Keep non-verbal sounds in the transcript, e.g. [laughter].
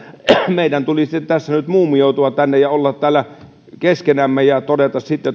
meidän tulisi tässä nyt muumioitua tänne ja olla täällä keskenämme ja todeta sitten [unintelligible]